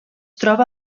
troba